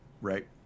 Right